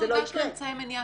אנחנו הגשנו אמצעי מניעה.